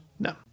No